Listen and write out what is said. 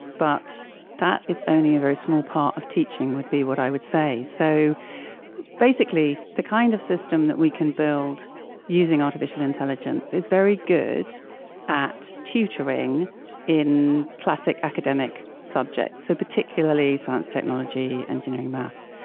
but that is only a very small part of teaching would be what i would say. so basically the kind of system that we can build using artificial intelligence is very good at tutoring in classic academic subjects. so particularly science, technology, engineering, maths,